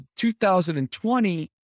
2020